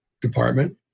Department